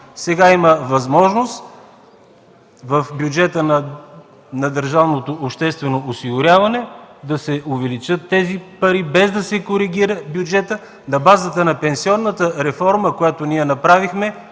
Сега има възможност в бюджета на държавното обществено осигуряване да се увеличат тези пари, без да се коригира бюджетът. На базата на пенсионната реформа, която направихме